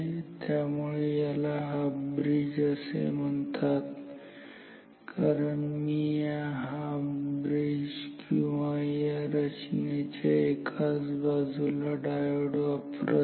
त्यामुळे याला half bridge असे म्हणतात कारण मी या ब्रिज किंवा या रचनेच्या एकाच बाजूला डायोड वापरत आहे